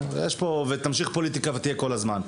הרי תמשיך ותהיה פוליטיקה כל הזמן.